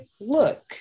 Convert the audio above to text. look